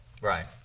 Right